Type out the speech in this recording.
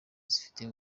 zifite